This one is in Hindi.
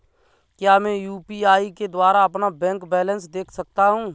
क्या मैं यू.पी.आई के द्वारा अपना बैंक बैलेंस देख सकता हूँ?